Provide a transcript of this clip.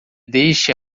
deixe